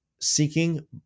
seeking